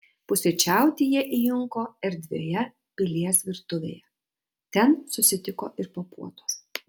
pusryčiauti jie įjunko erdvioje pilies virtuvėje ten susitiko ir po puotos